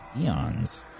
Eons